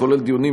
הכולל דיונים,